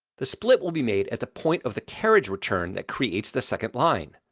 the split will be made at the point of the carriage return that creates the second line.